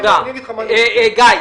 זאת